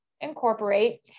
incorporate